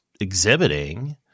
exhibiting